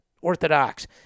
orthodox